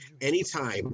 anytime